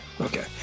Okay